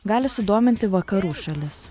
gali sudominti vakarų šalis